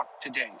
today